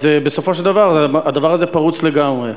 אז בסופו של דבר הדבר הזה פרוץ לגמרי.